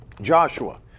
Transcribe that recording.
Joshua